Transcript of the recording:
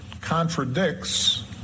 contradicts